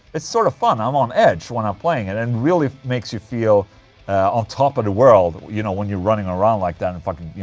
it's sort of fun, i'm on edge when i'm playing it and really makes you feel on top of the world you know, when you're running around like that and fucking,